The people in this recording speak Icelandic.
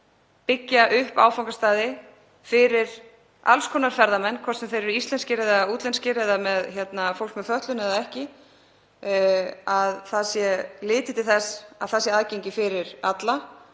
byggja upp áfangastaði fyrir alls konar ferðamenn, hvort sem þeir eru íslenskir eða útlenskir eða fólk með fötlun eða ekki, sé litið til þess að það sé aðgengi fyrir alla.